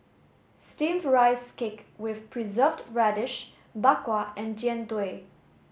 steamed rice cake with preserved radish Bak Kwa and Jian Dui